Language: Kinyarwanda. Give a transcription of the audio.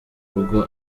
rugo